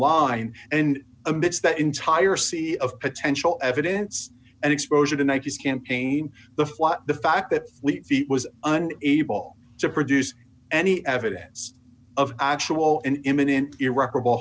the entire sea of potential evidence and exposure to ninety's campaign the the fact that it was an able to produce any evidence of actual and imminent irreparable